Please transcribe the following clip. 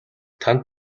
танд